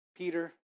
Peter